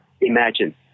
Imagine